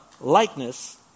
likeness